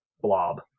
blob